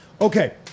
okay